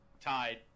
tied